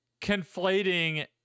conflating